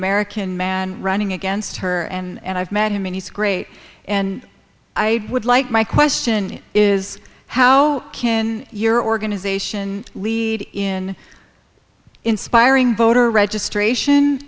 american man running against her and i've met him and he's great and i would like my question is how can your organization lead in inspiring voter registration